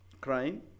crime